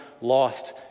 lost